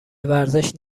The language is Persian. ورزش